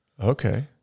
Okay